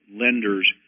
lenders